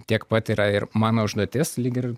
tiek pat yra ir mano užduotis lyg ir